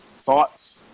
Thoughts